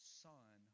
son